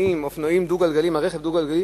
אופנועים, על רכב דו-גלגלי.